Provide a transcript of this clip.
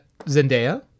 Zendaya